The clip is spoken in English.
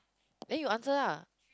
then you answer lah